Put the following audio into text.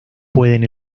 pueden